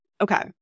Okay